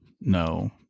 no